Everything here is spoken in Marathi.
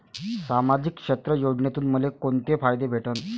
सामाजिक क्षेत्र योजनेतून मले कोंते फायदे भेटन?